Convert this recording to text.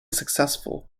successful